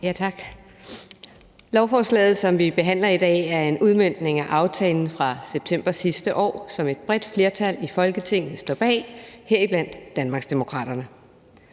Tak. Lovforslaget, som vi behandler i dag, er en udmøntning af aftalen fra september sidste år, som et bredt flertal i Folketinget, bl.a. med Danmarksdemokraterne,